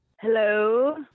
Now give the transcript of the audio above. Hello